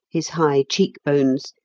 his high cheekbones,